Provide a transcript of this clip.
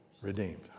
redeemed